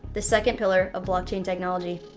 the second pillar of blockchain technology.